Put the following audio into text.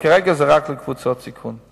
אבל כרגע זה רק לקבוצות סיכון.